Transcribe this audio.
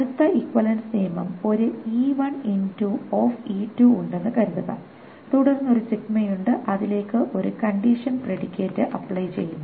അടുത്ത ഇക്വിവാലെൻസ് നിയമം ഒരു ഉണ്ടെന്ന് കരുതുക തുടർന്ന് ഒരു സിഗ്മയുണ്ട് അതിലേക്കു ഒരു കണ്ടിഷൻ പ്രെഡിക്കേറ്റ് അപ്ലൈ ചെയ്യുന്നു